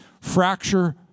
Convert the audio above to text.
fracture